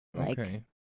Okay